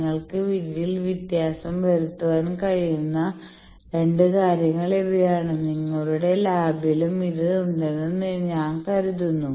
നിങ്ങൾക്ക് ഇതിൽ വ്യത്യാസം വരുത്താൻ കഴിയുന്ന 2 കാര്യങ്ങൾ ഇവയാണ് നിങ്ങളുടെ ലാബിലും ഇത് ഉണ്ടെന്ന് ഞാൻ കരുതുന്നു